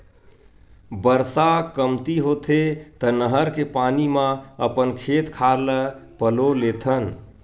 बरसा कमती होथे त नहर के पानी म अपन खेत खार ल पलो लेथन